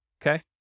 Okay